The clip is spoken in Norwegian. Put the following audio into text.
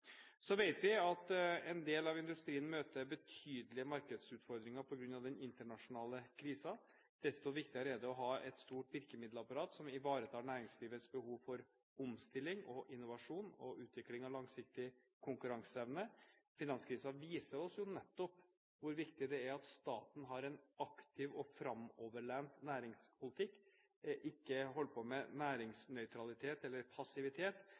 Så vet vi at en del av industrien møter betydelige markedsutfordringer på grunn av den internasjonale krisen. Desto viktigere er det å ha et stort virkemiddelapparat som ivaretar næringslivets behov for omstilling og innovasjon og utvikling av langsiktig konkurranseevne. Finanskrisen viser oss nettopp hvor viktig det er at staten har en aktiv og framoverlent næringspolitikk og ikke holder på med næringsnøytralitet eller passivitet,